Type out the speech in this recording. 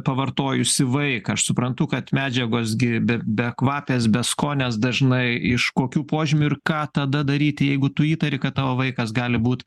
pavartojusį vaiką aš suprantu kad medžiagos gi be bekvapės beskonės dažnai iš kokių požymių ir ką tada daryti jeigu tu įtari kad tavo vaikas gali būt